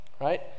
right